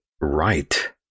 Right